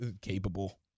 capable